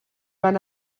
van